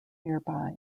nearby